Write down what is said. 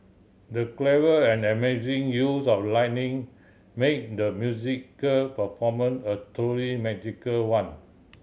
the clever and amazing use of lighting made the musical performance a truly magical one